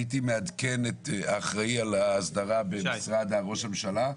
הייתי מעדכן את האחראי על ההסדרה במשרד ראש הממשלה,